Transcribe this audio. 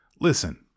Listen